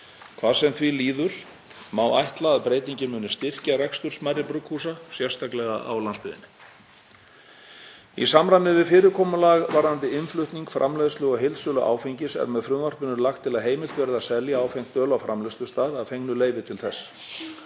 Hvað sem því líður má ætla að breytingin muni styrkja rekstur smærri brugghúsa, sérstaklega á landsbyggðinni. Í samræmi við fyrirkomulag varðandi innflutning, framleiðslu og heildsölu áfengis er með frumvarpinu lagt til að heimilt verði að selja áfengt öl á framleiðslustað að fengnu leyfi til þess.